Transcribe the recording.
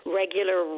regular